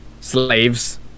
slaves